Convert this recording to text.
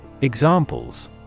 Examples